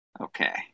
Okay